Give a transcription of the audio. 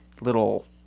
little